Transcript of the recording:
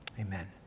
amen